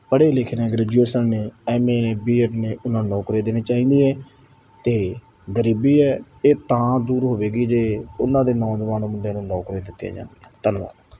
ਪੜ੍ਹੇ ਲਿਖੇ ਨੇ ਗ੍ਰੈਜੂਏਸ਼ਨ ਨੇ ਐਮ ਏ ਬੀਐਡ ਨੇ ਉਹਨਾਂ ਨੂੰ ਨੌਕਰੀ ਦੇਣੇ ਚਾਹੀਦੀ ਹੈ ਅਤੇ ਗਰੀਬੀ ਹੈ ਇਹ ਤਾਂ ਦੂਰ ਹੋਵੇਗੀ ਜੇ ਉਹਨਾਂ ਦੇ ਨੌਜਵਾਨ ਮੁੰਡਿਆਂ ਨੂੰ ਨੌਕਰੀਆਂ ਦਿੱਤੀਆਂ ਜਾਣਗੀਆਂ ਧੰਨਵਾਦ